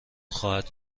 خواهد